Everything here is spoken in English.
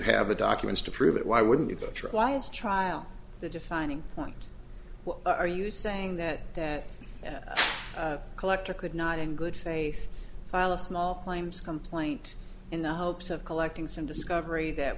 have the documents to prove it why wouldn't the trials trial the defining point are you saying that the collector could not in good faith file a small claims complaint in the hopes of collecting some discovery that